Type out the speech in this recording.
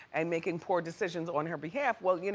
and making poor decisions on her behalf. well, you know